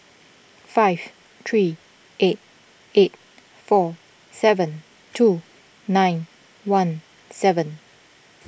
five three eight eight four seven two nine one seven